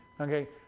Okay